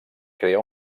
crea